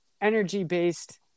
energy-based